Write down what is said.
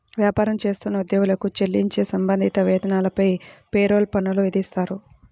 వ్యాపారం చేస్తున్న ఉద్యోగులకు చెల్లించే సంబంధిత వేతనాలపై పేరోల్ పన్నులు విధిస్తారు